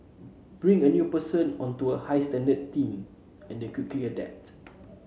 bring a new person onto a high standard team and they'll quickly adapt